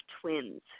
Twins